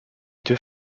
deux